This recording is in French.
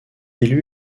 élu